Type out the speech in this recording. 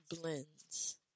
blends